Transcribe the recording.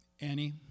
Annie